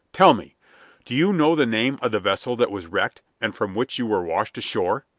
tell me do you know the name of the vessel that was wrecked, and from which you were washed ashore?